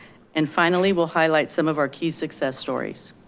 and finally, we'll highlight some of our key success stories.